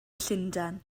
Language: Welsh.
llundain